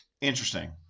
Interesting